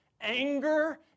anger